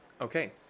Okay